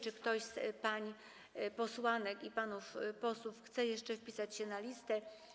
Czy ktoś z pań posłanek i panów posłów chce się jeszcze wpisać na listę?